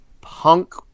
Punk